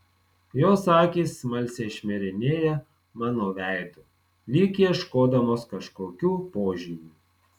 jos akys smalsiai šmirinėja mano veidu lyg ieškodamos kažkokių požymių